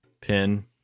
Pin